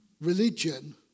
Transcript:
Religion